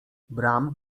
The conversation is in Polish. bram